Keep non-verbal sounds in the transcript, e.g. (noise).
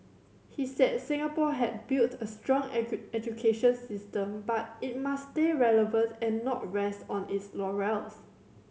he said Singapore had built a strong (unintelligible) education system but it must stay relevant and not rest on its laurels